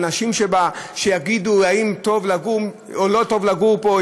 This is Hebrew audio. שהאנשים בה יגידו אם טוב לגור או לא טוב לגור פה,